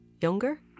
Younger